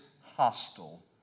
hostile